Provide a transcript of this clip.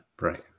Right